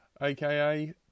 aka